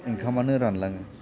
ओंखामानो रानलांङो